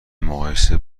مقایسه